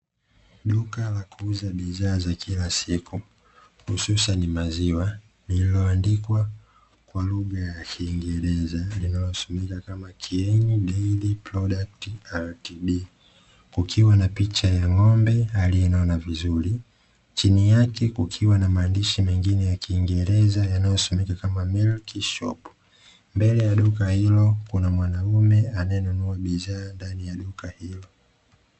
Duka la kuuza bidhaa za kila siku hususani maziwa, liloandikwa kwa lugha ya kiingereza inayosemeka kama "ATM DAILY AT D", kukiwa na picha ya ng'ombe aliyenona vizuri, chini yake kukiwa na maandishi mengine ya kiingereza yanayosomeka kama "Milk shop", mbele ya duka hilo kuna mwanamume anayenunua bidhaa ndani ya duka hilo.